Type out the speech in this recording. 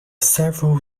several